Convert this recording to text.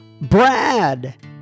Brad